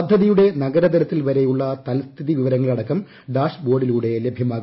പദ്ധതിയുടെ നഗരതലത്തിൽ വരെയുള്ള തത്സ്ഥിതി വിവരങ്ങളടക്കം ഡാഷ് ബോർഡിലൂടെ ലഭ്യമാവും